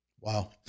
Wow